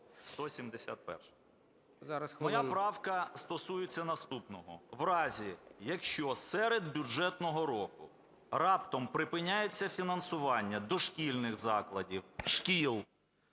С.В. Моя правка стосується наступного. У разі, якщо серед бюджетного року раптом припиняється фінансування дошкільних закладів, шкіл,